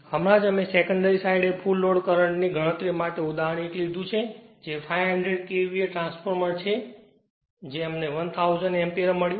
હમણાં જ અમે સેકન્ડરી સાઈડએ ફુલ લોડ કરંટ ની ગણતરી માટે 1 ઉદાહરણ લીધું છે જે 500 KVA ટ્રાન્સફોર્મર છે જે અમને 1000 એમ્પીયર મળ્યું